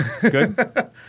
good